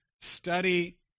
study